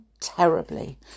terribly